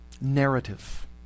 narrative